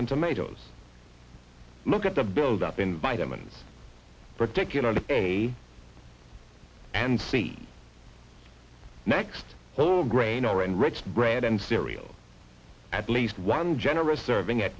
and tomatoes look at the buildup in vitamins particularly and see next grain or enriched bread and cereal at least one generous serving at